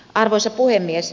arvoisa puhemies